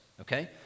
okay